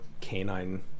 canine